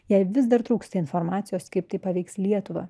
jai vis dar trūksta informacijos kaip tai paveiks lietuvą